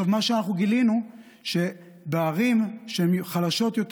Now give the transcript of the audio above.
מה שאנחנו גילינו הוא שערים שהן חלשות יותר